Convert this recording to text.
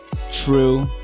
true